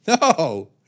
no